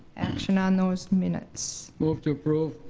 action on those minutes? move to approve.